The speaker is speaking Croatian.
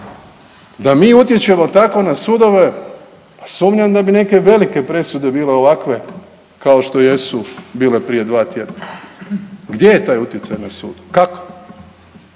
Da mi utječemo tako na sudove pa sumnjam da bi neke velike presude bile ovakve kao što jesu bile prije 2 tjedna. Gdje je taj utjecaj na sudu? Kako?